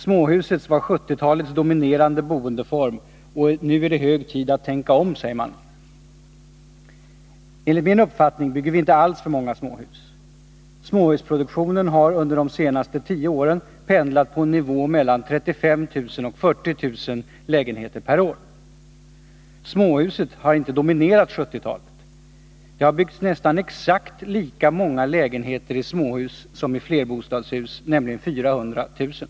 ”Småhuset var 70-talets dominerande boendeform och nu är det hög tid att tänka om”, säger man. Enligt min uppfattning bygger vi inte alls för många småhus. Småhusproduktionen har under de senaste tio åren pendlat på en nivå mellan 35 000 och 40 000 lägenheter per år. Småhuset har inte dominerat 1970-talet. Det har byggts nästan exakt lika många lägenheter i småhus som i flerbostadshus, nämligen 400 000.